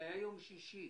זה היה ביום שישי,